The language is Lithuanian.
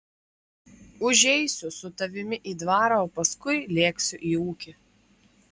užeisiu su tavimi į dvarą o paskui lėksiu į ūkį